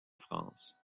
france